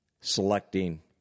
selecting